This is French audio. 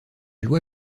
loi